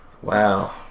Wow